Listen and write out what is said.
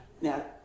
Now